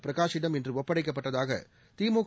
பிரகாஷிடம் இன்று ஒப்படைக்கப்பட்டதாக திமுக